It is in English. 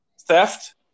theft